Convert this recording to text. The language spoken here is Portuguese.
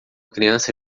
criança